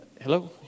Hello